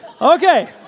Okay